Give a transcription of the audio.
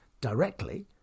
directly